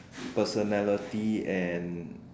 personality and